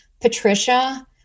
Patricia